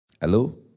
Hello